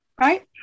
Right